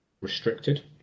restricted